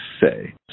say